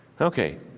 Okay